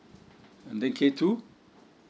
then K two